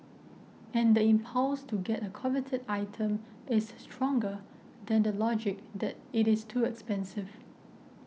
and the impulse to get a coveted item is stronger than the logic that it is too expensive